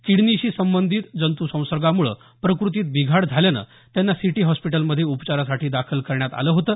किडनीशी संबंधित जंत् संसर्गामुळे प्रकृतीत बिघाड झाल्यानं त्यांना सिटी हॉस्पिटलमध्ये उपचारासाठी दाखल करण्यात आलं होतं